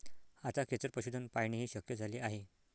आता खेचर पशुधन पाळणेही शक्य झाले आहे